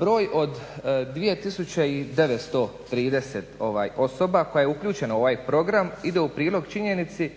Broj od 2930 osoba koje su uključene u ovaj program ide u prilog činjenici